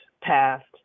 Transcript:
passed